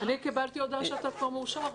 אני קיבלתי הודעה שאתה כבר מאושר.